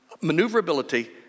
Maneuverability